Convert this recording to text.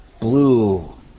blue